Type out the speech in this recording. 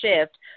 shift